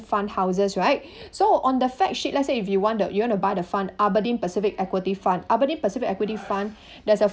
fund houses right so on the fact sheet let's say if you want to you want to buy the fund aberdeen pacific equity fund aberdeen pacific equity fund there's a